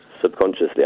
subconsciously